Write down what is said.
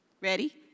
Ready